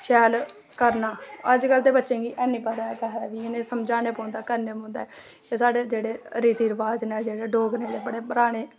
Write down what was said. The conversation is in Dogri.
शैल करना अज्ज कल दे बच्चें गा ऐनी पता किसा द् बी समझाना पौंदा करना पौंदा ऐ ते साढ़े जेह्ड़े रीति रवाज़ नै जेह्ड़े डोगरें दे बड़े पराने